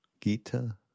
Gita